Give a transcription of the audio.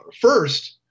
First